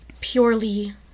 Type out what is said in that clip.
purely